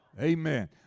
Amen